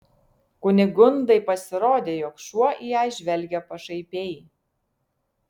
kunigundai pasirodė jog šuo į ją žvelgia pašaipiai